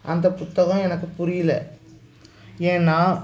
அந்தப் புத்தகம் எனக்குப் புரியல ஏன்னா